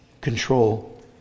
control